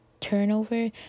turnover